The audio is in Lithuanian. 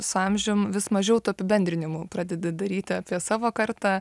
su amžium vis mažiau tų apibendrinimų pradedi daryti apie savo kartą